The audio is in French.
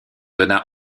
donna